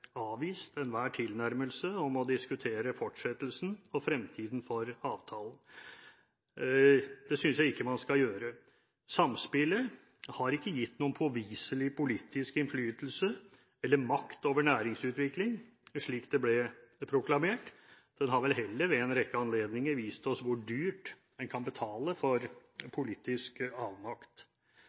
avvist enhver tilnærmelse om å diskutere fortsettelsen og fremtiden for avtalen. Det synes jeg ikke man skal gjøre. Samspillet har ikke gitt noen påviselig politisk innflytelse eller makt over næringsutvikling, slik det ble proklamert. Det har vel heller, ved en rekke anledninger, vist oss hvor dyrt en kan betale for politisk avmakt.